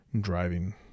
driving